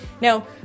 Now